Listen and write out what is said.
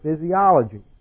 physiology